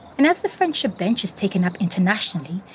and as the friendship bench is taken up internationally,